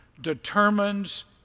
determines